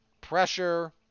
pressure